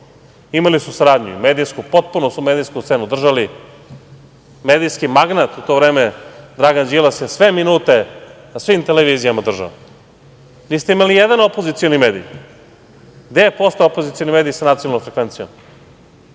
Imali su saradnju i medijsku, potpuno su medijsku scenu držali. Medijski magnat u to vreme Dragan Đilas je sve minute na svim televizijama države. Niste imali nijedan opozicioni mediji. Gde je postojao opozicioni mediji sa nacionalnom frekvencijom?